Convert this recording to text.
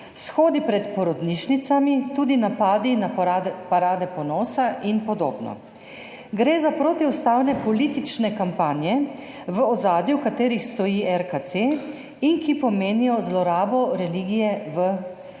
shodi pred porodnišnicami, tudi napadi na parade ponosa in podobno. Gre za protiustavne politične kampanje, v ozadju katerih stoji RKC in ki pomenijo zlorabo religije za